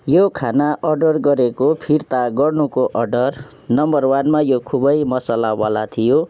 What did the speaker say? यो खाना अर्डर गरेको फिर्ता गर्नुको अर्डर नम्बर वानमा यो खुबै मसालावाला थियो